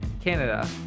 Canada